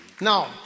Now